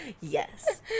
Yes